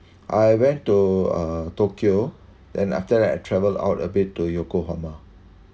I went to uh tokyo then after that I travel out a bit to yokohama